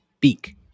beak